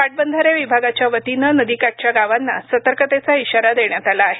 पाटबंधारे विभागाच्या वतीने नदीकाठच्या गावांना सतर्कतेचा इशारा देण्यात आला आहे